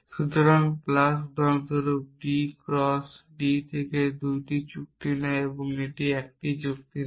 সুতরাং প্লাস উদাহরণস্বরূপ D cross D থেকে 2টি চুক্তি নেয় এবং এটি একটি চুক্তি দেয়